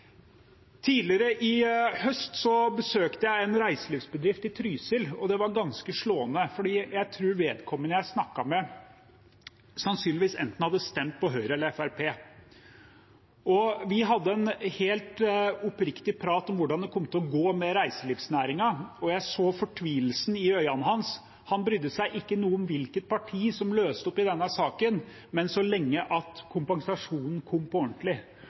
Tidligere i høst besøkte jeg en reiselivsbedrift i Trysil. Det var ganske slående, for jeg tror vedkommende jeg snakket med, sannsynligvis hadde stemt på enten Høyre eller Fremskrittspartiet. Vi hadde en helt oppriktig prat om hvordan det kom til å gå med reiselivsnæringen, og jeg så fortvilelsen i øynene hans. Han brydde seg ikke noe om hvilket parti som løste opp i denne saken, så lenge kompensasjonen kom på ordentlig.